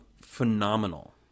phenomenal